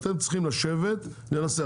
אתם צריכים לשבת לנסח.